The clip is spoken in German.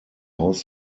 haus